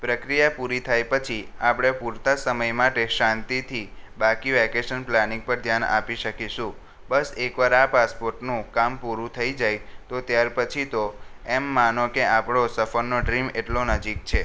પ્રક્રિયા પૂરી થઈ પછી આપણે પૂરતા સમય માટે શાંતિથી બાકી વેકેશન પ્લાનિંગ પર ધ્યાન આપી શકીશું બસ એક વાર આ પાસપોર્ટનું કામ પૂરું થઈ જાય તો ત્યાર પછી તો એમ માનો કે આપણો સફરનો ડ્રીમ એટલો નજીક છે